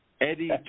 Eddie